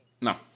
No